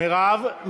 מירב.